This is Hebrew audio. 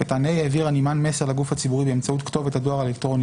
(ה) העביר הנמען מסר לגוף הציבורי באמצעות כתובת הדואר האלקטרוני